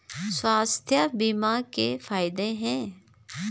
स्वास्थ्य बीमा के फायदे हैं?